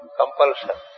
compulsion